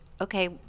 Okay